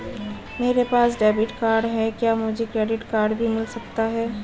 मेरे पास debit card है क्या मुझे क्रेडिट कार्ड भी मिल सकता है?